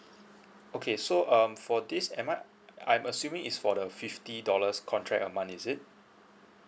okay so um for this am I I'm assuming is for the fifty dollars contract a month is it